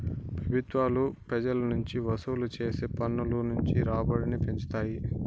పెబుత్వాలు పెజల నుంచి వసూలు చేసే పన్నుల నుంచి రాబడిని పెంచుతాయి